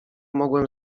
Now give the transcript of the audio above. mogłem